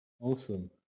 Awesome